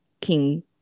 king